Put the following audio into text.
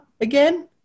again